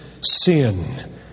sin